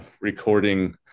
recording